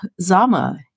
Zama